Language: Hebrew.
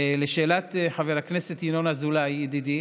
לשאלת חבר הכנסת ינון אזולאי ידידי,